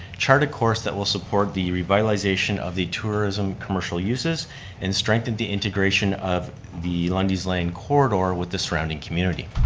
chart a course that will support the revitalization of the tourism commercial uses and strengthen the integration of the lundy's lane corridor with the surrounding community.